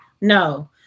no